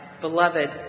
beloved